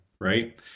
right